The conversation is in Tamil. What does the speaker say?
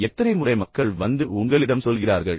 எத்தனை முறை மக்கள் வந்து உங்களிடம் சொல்கிறார்கள் ஓ